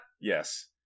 yes